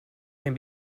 can